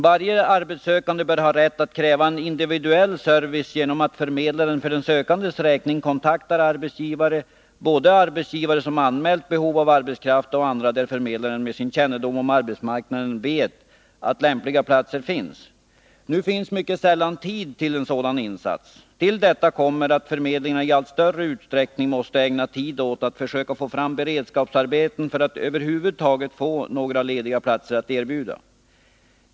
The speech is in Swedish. Varje arbetssökande bör ha rätt att kräva en individuell service genom att förmedlaren för den sökandes räkning kontaktar arbetsgivare, både arbetsgivare som anmält behov av arbetskraft och andra, där förmedlaren med sin kännedom om arbetsmarknaden vet att lämpliga platser finns. Nu finns mycket sällan tid till en sådan insats. Till detta kommer att förmedlingarna i allt större utsträckning måste ägna tid åt att försöka få fram beredskapsarbeten för att över huvud taget få några lediga platser att erbjuda.